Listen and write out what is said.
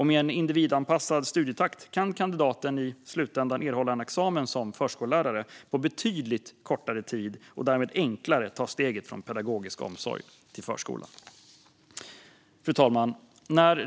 Med individanpassad studietakt kan kandidaten i slutändan erhålla en examen som förskollärare på betydligt kortare tid och därmed enklare ta steget från pedagogisk omsorg till förskola.